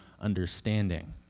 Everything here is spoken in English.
understanding